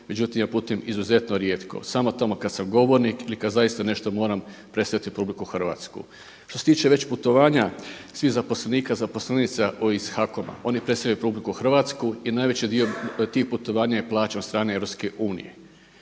međutim ja putujem izuzetno rijetko. Samo tamo kada sam govorni ili kada zaista nešto moram predstavljati RH. Što se tiče već putovanja, svih zaposlenika, zaposlenica iz HAKOM-a, oni predstavljaju RH i najveći dio tih putovanja je plaćen od strane EU.